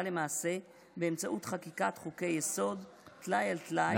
למעשה באמצעות חקיקת חוקי-יסוד טלאי על טלאי.